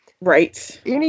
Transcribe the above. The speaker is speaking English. Right